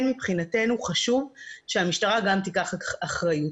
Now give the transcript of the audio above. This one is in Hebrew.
מבחינתנו כן חשוב שהמשטרה גם תיקח אחריות.